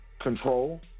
control